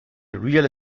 real